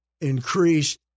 increased